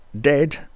dead